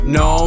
no